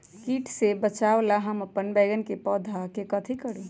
किट से बचावला हम अपन बैंगन के पौधा के कथी करू?